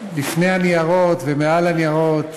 לפני הניירות ומעל הניירות,